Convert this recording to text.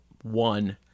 one